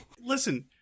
listen